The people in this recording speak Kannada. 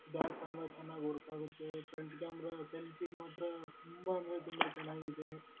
ಬ್ಯಾಕ್ ಕಾಮ್ರ ಚೆನ್ನಾಗ್ ವರ್ಕ್ ಆಗುತ್ತೇ ಫ್ರಂಟ್ ಕ್ಯಾಮ್ರಾ ಸೆಲ್ಫಿಗೆ ಮಾತ್ರಾ ತುಂಬ ಅಂದರೆ ತುಂಬ ಚೆನ್ನಾಗಿದೆ